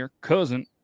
Cousin